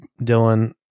Dylan